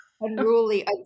Unruly